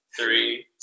Three